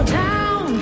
down